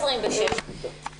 (הישיבה נפסקה בשעה 16:53 ונתחדשה בשעה 17:30.)